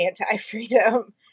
anti-freedom